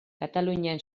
katalunian